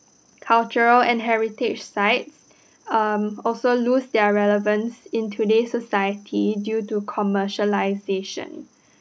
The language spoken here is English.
cultural and heritage sites um also lose their relevance in today's society due to commercialisation